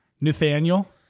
Nathaniel